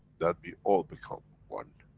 that we all become one.